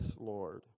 Lord